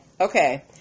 Okay